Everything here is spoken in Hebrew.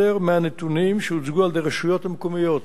מהנתונים שהוצגו על-ידי הרשויות המקומיות.